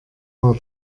war